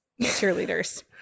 cheerleaders